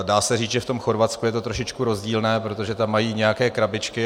Dá se říct, že v tom Chorvatsku je to trošičku rozdílné, protože tam mají nějaké krabičky.